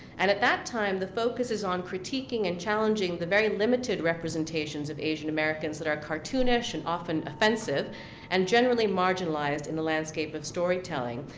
and at that time, the focus is on critiquing and challenging the very limited representations of asian americans that are cartoonish, and often offensive and generally marginalized in the landscape of storytelling,